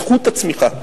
בזכות הצמיחה.